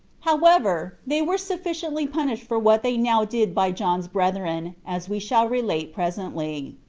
however, they were sufficiently punished for what they now did by john's brethren, as we shall relate presently.